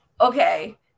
Okay